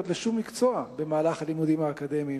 לשום מקצוע במהלך הלימודים האקדמיים,